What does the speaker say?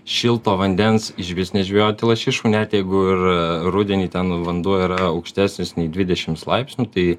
šilto vandens išvis nežvejoti lašišų net jeigu ir rudenį ten vanduo yra aukštesnis nei dvidešimt laipsnių tai